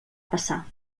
passar